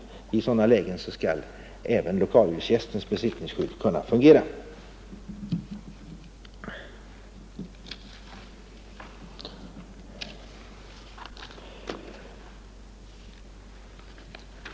I sådana lägen skall även lokalhyresgästens besittningsskydd kunna fungera.